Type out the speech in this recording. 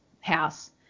house